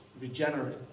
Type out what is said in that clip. regenerate